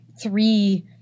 three